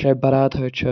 شبِ برات حظ چھِ